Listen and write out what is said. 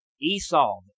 Esau